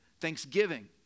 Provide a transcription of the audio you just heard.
thanksgiving